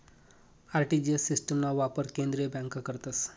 RTGS सिस्टिमना वापर केंद्रीय बँका करतस